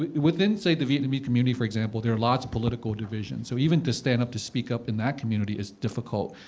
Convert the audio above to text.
within, say, the vietnamese community, for example, there are lots of political divisions. so even to stand up, to speak up in that community is difficult.